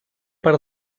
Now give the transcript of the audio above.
per